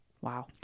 Wow